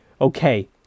Okay